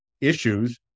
issues